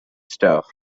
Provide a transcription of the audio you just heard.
staff